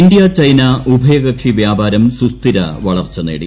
India China ഉഭയക്കിക്ഷി വൃാപാരം സുസ്ഥിര വളർച്ച നേടി